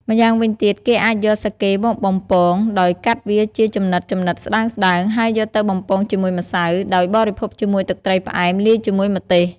ម្យ៉ាងវិញទៀត គេអាចយកសាកេមកបំពង ដោយកាត់វាជាចំណិតៗស្ដើងៗ ហើយយកទៅបំពងជាមួយម្សៅ ដោយបរិភោគជាមួយទឹកត្រីផ្អែមលាយជាមួយម្ទេស។